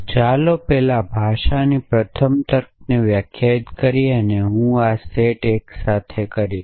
તો ચાલો પહેલા ભાષાની પ્રથમ તર્ક વ્યાખ્યાયિત કરીયે અને હું આ સમૂહ એક સાથે કરીશ